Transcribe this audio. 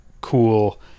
cool